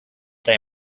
they